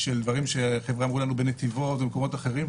של דברים שאמרו לנו בנתיבות ובמקומות אחרים,